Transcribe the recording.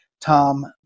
Tom